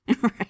Right